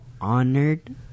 honored